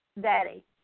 daddy